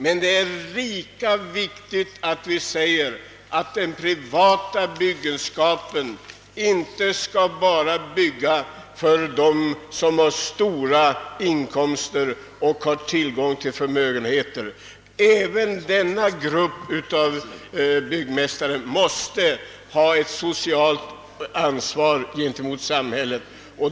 Men det är lika viktigt att de privata byggmästarna inte bara bygger för dem, som har stora inkomster och tillgång till förmögenhet. Även denna grupp av byggmästare måste ha ett socialt ansvar gentemot samhället.